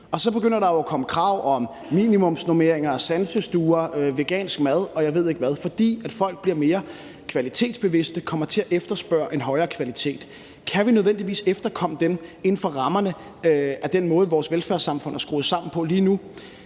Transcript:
og så begynder der jo at komme krav om minimumsnormeringer og sansestuer, vegansk mad, og jeg ved ikke hvad, fordi folk bliver mere kvalitetsbevidste og kommer til at efterspørge en højere kvalitet. Kan vi nødvendigvis efterkomme det inden for rammerne af den måde, vores velfærdssamfund er skruet sammen på lige nu?